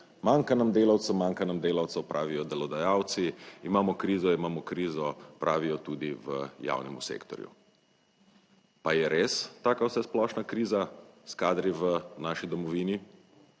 Manjka nam delavcev, manjka nam delavcev, pravijo delodajalci, imamo krizo, imamo krizo, pravijo tudi v javnem sektorju. Pa je res taka vsesplošna kriza s kadri v naši domovini?